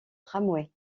tramway